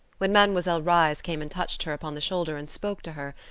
when mademoiselle reisz came and touched her upon the shoulder and spoke to her,